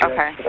Okay